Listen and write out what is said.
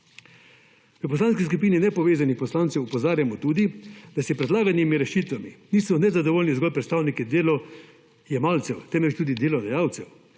V Poslanskih skupini nepovezanih poslancev opozarjamo tudi, da s predlaganimi rešitvami niso nezadovoljni zgolj predstavniki delojemalcev, temveč tudi delodajalcev,